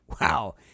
Wow